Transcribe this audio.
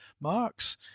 Marx